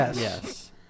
Yes